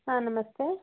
ಹಾಂ ನಮಸ್ತೇ